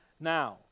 Now